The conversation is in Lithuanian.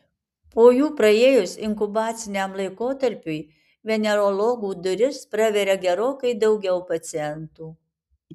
po jų praėjus inkubaciniam laikotarpiui venerologų duris praveria gerokai daugiau pacientų